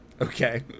Okay